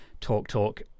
TalkTalk